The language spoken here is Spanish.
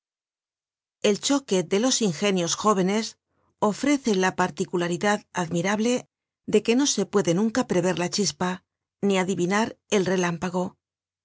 el choque de los ingenios jóvenes ofrece la particularidad admirable de que no se puede nunca prever la chispa ni adivinar el relámpago